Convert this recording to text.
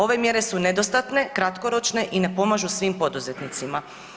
Ove mjere su nedostatne, kratkoročne i ne pomažu svim poduzetnicima.